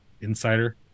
Insider